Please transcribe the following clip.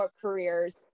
careers